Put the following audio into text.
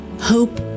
hope